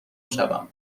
شوم